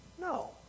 No